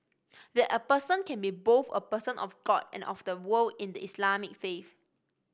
that a person can be both a person of God and of the world in the Islamic faith